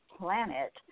planet